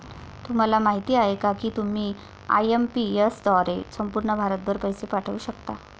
तुम्हाला माहिती आहे का की तुम्ही आय.एम.पी.एस द्वारे संपूर्ण भारतभर पैसे पाठवू शकता